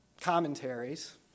commentaries